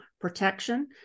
protection